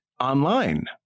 online